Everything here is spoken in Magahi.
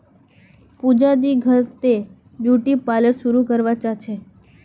पूजा दी घर त ब्यूटी पार्लर शुरू करवा चाह छ